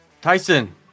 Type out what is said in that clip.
Tyson